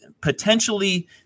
potentially